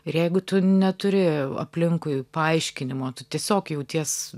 ir jeigu tu neturi aplinkui paaiškinimo tu tiesiog jauties